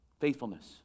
Faithfulness